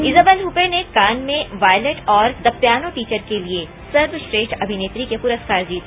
Isabel हपे ने Cannes में वायलेट और द पियानो टीचर के लिए सर्वश्रेष्ठ अभिनेत्री के पुरस्कार जीते